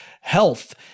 health